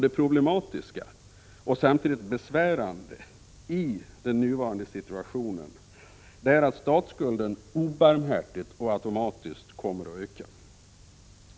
Det problematiska och samtidigt besvärande med den nuvarande situationen är att statsskulden obarmhärtigt och automatiskt kommer att öka.